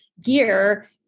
gear